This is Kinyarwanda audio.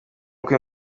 uko